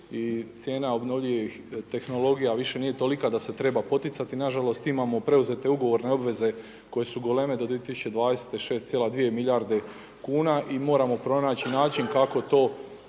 i cijena obnovljivih tehnologija više nije tolika da se trebaju poticati nažalost, imamo preuzete ugovorne obaveze koje su goleme do 2020.-te 6,2 milijarde kuna i moramo pronaći način kako to